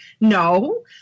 no